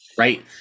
right